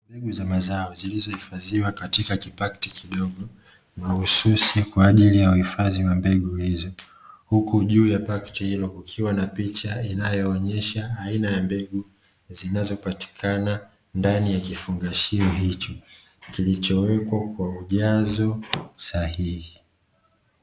Mbegu za mazao zilizohifadhiwa katika kipakti kidogo, mahususi kwa ajili ya uhifadhi wa mbegu hizo, huku juu ya pakti hilo kukiwa na picha inayoonyesha aina ya mbegu zinazopatikana ndani ya kifungashio hicho, kilichowekwa kwa ujazo sahihi.